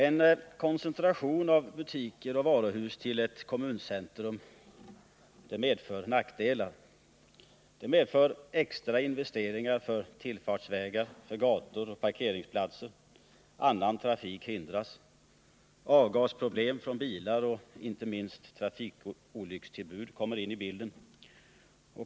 En koncentration av butiker och varuhus till ett kommuncentrum medför nackdelar. Det medför extra investeringar för tillfartsvägar, gator och parkeringsplatser. Annan trafik hindras. Problem med avgaser från bilar, och inte minst trafikolyckstillbud, kommer in i bilden.